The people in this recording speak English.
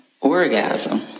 orgasm